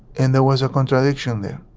and there was a contradiction there.